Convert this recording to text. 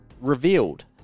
revealed